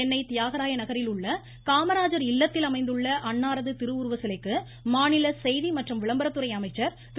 சென்னை தியாகராய நகரில் உள்ள காமராஜர் இல்லத்தில் அமைந்துள்ள அன்னாரது திருவுருவ சிலைக்கு மாநில செய்தி மற்றும் விளம்பரத்துறை அமைச்சர் திரு